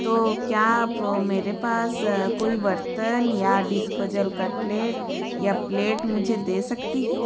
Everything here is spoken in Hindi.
तो क्या आप मैरे पास कोई बर्तन या डिस्पोजल कटलेट या प्लेट आप मुझे दे सकती हैं